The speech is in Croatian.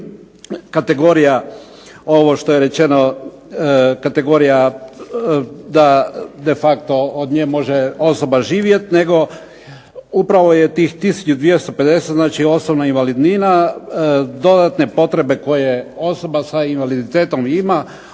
kategorija ovo što je rečeno kategorija da de facto od nje može osoba živjeti nego upravo je tih tisuću 250 osobna invalidnina dodatne potrebe koje osoba sa invaliditetom ima